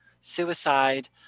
suicide